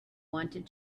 wanted